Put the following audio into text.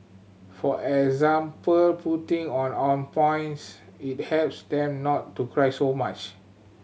for example putting on ointments it helps them not to cry so much